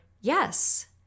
Yes